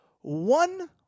one